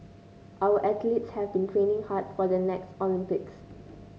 our athletes have been training hard for the next Olympics